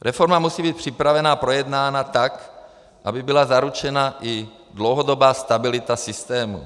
Reforma musí být připravena a projednána tak, aby byla zaručena i dlouhodobá stabilita systému.